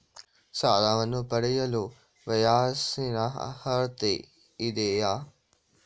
ಸಾಲವನ್ನು ಪಡೆಯಲು ವಯಸ್ಸಿನ ಅರ್ಹತೆ ಇದೆಯಾ?